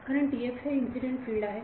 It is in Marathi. विद्यार्थी कारण TF हे इन्सिडेंट फिल्ड आहे